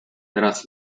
raz